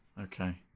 Okay